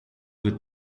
good